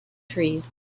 trees